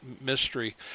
mystery